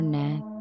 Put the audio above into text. neck